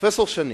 פרופסור שני,